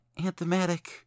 anthematic